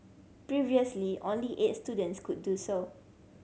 previously only eight students could do so